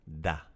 Da